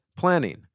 Planning